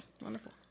Wonderful